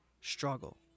struggle